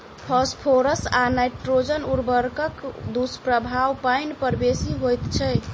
phosphorus आ nitrogen उर्वरकक दुष्प्रभाव पाइन पर बेसी होइत छै